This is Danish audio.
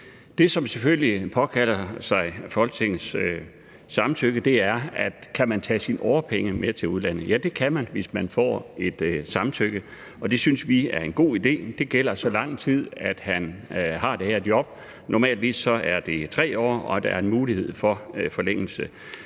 Det, som selvfølgelig påkalder sig Folketingets opmærksomhed, er spørgsmålet: Kan man tage sine årpenge med til udlandet? Ja, det kan man, hvis man får et samtykke, og det synes vi er en god idé; det gælder i så lang tid, han har det her job. Normalvis er det 3 år, og der er en mulighed for forlængelse.